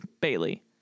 Bailey